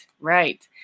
right